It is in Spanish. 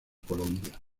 colombia